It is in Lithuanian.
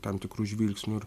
tam tikru žvilgsniu ir